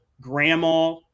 grandma